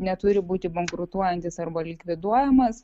neturi būti bankrutuojantis arba likviduojamas